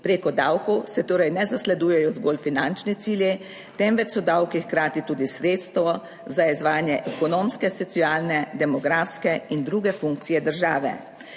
Preko davkov se torej ne zasledujejo zgolj finančni cilji, temveč so davki hkrati tudi sredstvo za izvajanje ekonomske, socialne, demografske in druge funkcije države.